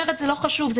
חשוב,